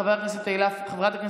חברת הכנסת תהלה פרידמן,